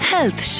Health